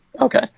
Okay